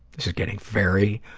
this is getting very,